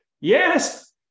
Yes